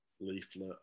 leaflet